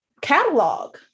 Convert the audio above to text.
catalog